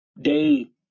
day